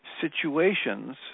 situations